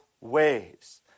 ways